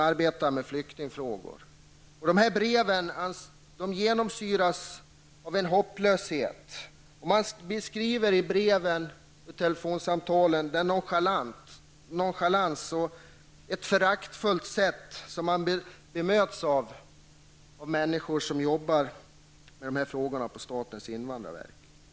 Breven och telefonsamtalen genomsyras av en hopplöshet, och man beskriver den nonchalans och det föraktfulla sätt med vilka man bemöts av människor som arbetar på statens invandrarverk.